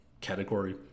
category